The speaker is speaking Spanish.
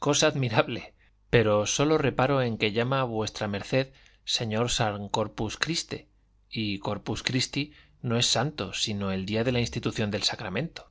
cosa admirable pero sólo reparo en que llama v md señor san corpus criste y corpus christi no es santo sino el día de la institución del sacramento